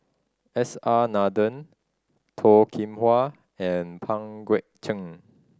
S R Nathan Toh Kim Hwa and Pang Guek Cheng